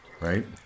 right